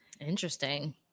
Interesting